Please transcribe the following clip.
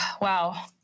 Wow